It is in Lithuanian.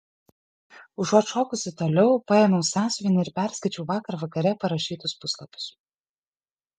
užuot šokusi toliau paėmiau sąsiuvinį ir perskaičiau vakar vakare parašytus puslapius